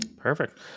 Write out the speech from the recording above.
perfect